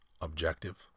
objective